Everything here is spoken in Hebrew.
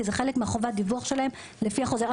זה חלק מחובת הדיווח שלהם לפי החוזר.